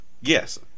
Yes